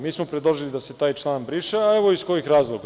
Mi smo predložili da se taj član briše, a evo iz kojih razloga.